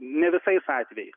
ne visais atvejais